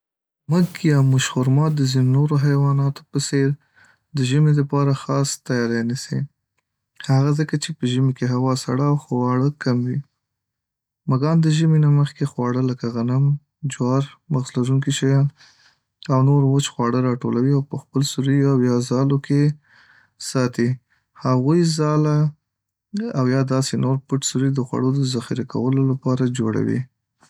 .مږ یا موش خرما د ځینو نورو حیواناتو په څیر د ژمی دپاره خاص تیاری نیسي هغه ځکه چې په ژمی کې هوا سړه او خواړه کم وي .مږان د ژمي نه مخکې خواړه لکه غنم، جوار، مغز لرونکي شیان، او نور وچ خواړه راټولوي او په خپلو سوریو او یا ځالو کې یې ساتي هغوی ځاله او یا داسی نور پټ سوري د خوړو د ذخیره کولو دپاره جوړوي